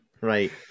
Right